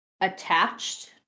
attached